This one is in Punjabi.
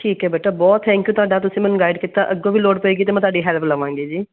ਠੀਕ ਹੈ ਬੇਟਾ ਬਹੁਤ ਥੈਂਕ ਯੂ ਤੁਹਾਡਾ ਤੁਸੀਂ ਮੈਨੂੰ ਗਾਈਡ ਕੀਤਾ ਅੱਗੋਂ ਵੀ ਲੋੜ ਪਏਗੀ ਤਾਂ ਮੈਂ ਤੁਹਾਡੀ ਹੈਲਪ ਲਵਾਂਗੀ ਜੀ